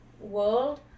world